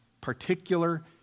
particular